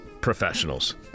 professionals